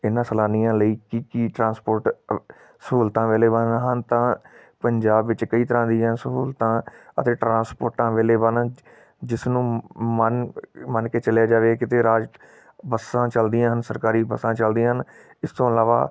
ਇਹਨਾਂ ਸੈਲਾਨੀਆਂ ਲਈ ਕੀ ਕੀ ਟਰਾਂਸਪੋਰਟ ਅ ਸਹੂਲਤਾਂ ਅਵੇਲੇਬਲ ਹਨ ਤਾਂ ਪੰਜਾਬ ਵਿੱਚ ਕਈ ਤਰ੍ਹਾਂ ਦੀਆਂ ਸਹੂਲਤਾਂ ਅਤੇ ਟਰਾਂਸਪੋਰਟਾਂ ਅਵੇਲੇਬਲ ਜਿਸ ਨੂੰ ਮੰਨ ਮੰਨ ਕੇ ਚੱਲਿਆ ਜਾਵੇ ਕਿਤੇ ਰਾਜ ਬੱਸਾਂ ਚੱਲਦੀਆਂ ਹਨ ਸਰਕਾਰੀ ਬੱਸਾਂ ਚੱਲਦੀਆਂ ਹਨ ਇਸ ਤੋਂ ਇਲਾਵਾ